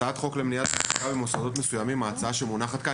הצעת חוק למניעת העסקה במוסדות מסוימים ההצעה שמונחת כאן,